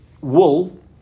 wool